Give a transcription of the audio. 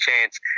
chance